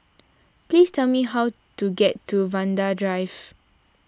please tell me how to get to Vanda Drive